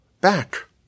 back